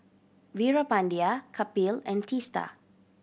Veerapandiya Kapil and Teesta